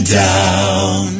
down